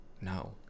No